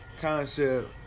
concept